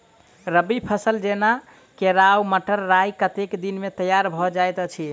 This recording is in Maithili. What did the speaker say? रबी फसल जेना केराव, मटर, राय कतेक दिन मे तैयार भँ जाइत अछि?